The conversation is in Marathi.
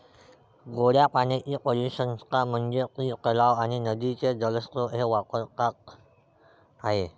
गोड्या पाण्याची परिसंस्था म्हणजे ती तलाव आणि नदीचे जलस्रोत जे वापरात आहेत